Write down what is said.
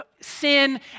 Sin